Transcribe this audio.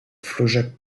flaujac